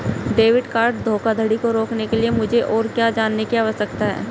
Debit card धोखाधड़ी को रोकने के लिए मुझे और क्या जानने की आवश्यकता है?